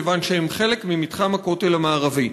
כיוון שהן חלק ממתחם הכותל המערבי.